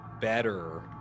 better